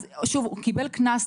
הוא קיבל קנס,